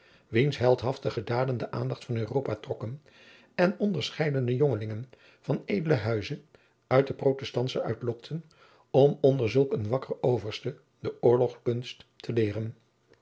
wiens heldhaftige daden den aandacht van europa trokken en onderscheidene jongelingen van edelen huize uit de protestantsche landen uitlokten om onder zulk een wakker overste de oorlogkunst te leeren